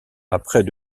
après